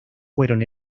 fueron